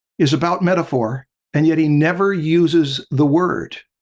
is about metaphor and yet he never uses the word.